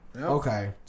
Okay